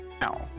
Now